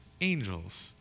Angels